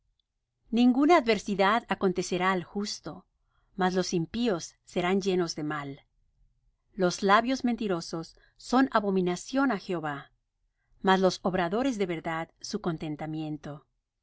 ninguna adversidad acontecerá al justo mas los impíos serán llenos de mal los labios mentirosos son abominación á jehová mas los obradores de verdad su contentamiento